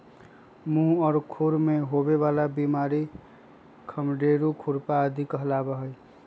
मुह और खुर में होवे वाला बिमारी खंडेरू, खुरपा आदि कहलावा हई